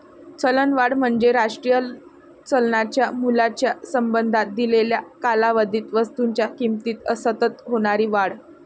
चलनवाढ म्हणजे राष्ट्रीय चलनाच्या मूल्याच्या संबंधात दिलेल्या कालावधीत वस्तूंच्या किमतीत सतत होणारी वाढ